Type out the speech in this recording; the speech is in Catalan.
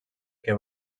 que